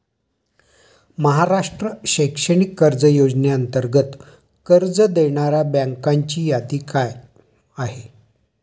महाराष्ट्र शैक्षणिक कर्ज योजनेअंतर्गत कर्ज देणाऱ्या बँकांची यादी काय आहे?